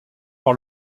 par